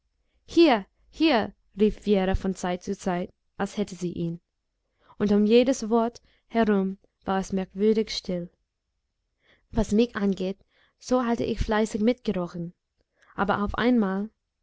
hier hier rief wjera von zeit zu zeit als hätte sie ihn und um jedes wort herum war es merkwürdig still was mich angeht so hatte ich fleißig mitgerochen aber auf einmal